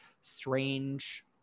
strange